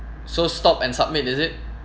so stop and submit is it